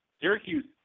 Syracuse